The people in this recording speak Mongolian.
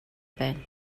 байна